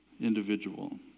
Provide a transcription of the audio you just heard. individual